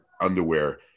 underwear